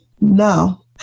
no